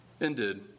ended